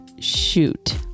Shoot